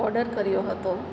order કર્યો હતો